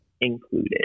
included